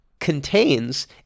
contains